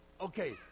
okay